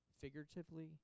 figuratively